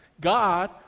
God